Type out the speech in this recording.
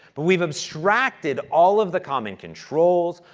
but we've abstracted all of the common controls,